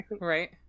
Right